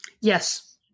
Yes